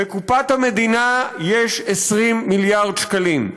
בקופת המדינה יש 20 מיליארד שקלים.